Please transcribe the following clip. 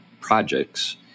projects